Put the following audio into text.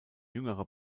jüngerer